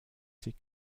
sie